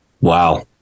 Wow